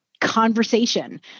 conversation